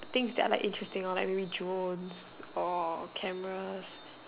things that are like interesting hor like maybe drones or cameras